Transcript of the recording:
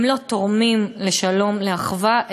הם לא תורמים לשלום ולאחווה,